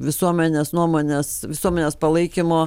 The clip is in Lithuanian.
visuomenės nuomonės visuomenės palaikymo